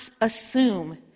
assume